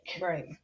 right